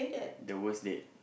the worst date